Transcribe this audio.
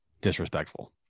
disrespectful